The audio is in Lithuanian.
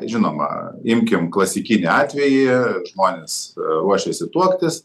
žinoma imkim klasikinį atvejį žmonės ruošiasi tuoktis